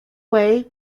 way